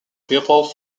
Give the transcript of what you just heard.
people